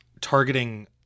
targeting